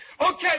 Okay